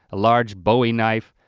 a large bowie knife,